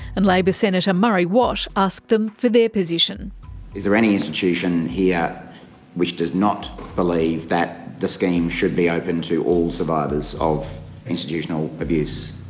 and labor senator murray watt asked them for their position. is there any institution here which does not believe the scheme should be open to all survivors of institutional abuse?